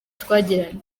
twagiranye